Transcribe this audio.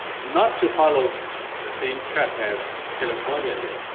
not to follow the same track as california did.